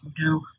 No